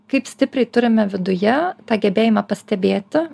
kaip stipriai turime viduje tą gebėjimą pastebėti